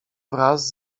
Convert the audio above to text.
wraz